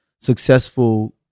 successful